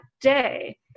day